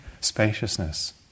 spaciousness